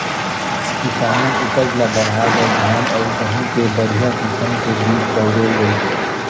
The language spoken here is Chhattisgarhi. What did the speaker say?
किसानी उपज ल बढ़ाए बर धान अउ गहूँ के बड़िहा किसम के बीज बउरे गइस